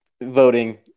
voting